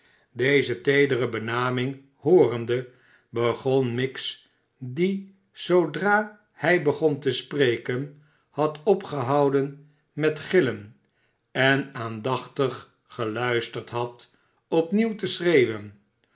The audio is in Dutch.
deze teedere benaming hoorende begon miggs die zoodra hij begon te spreken had opgehouden met gillen en aandachtig geluisterd had opnieuw te schreeuwen